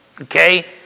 okay